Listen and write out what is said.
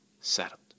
settled